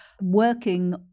working